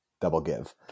double-give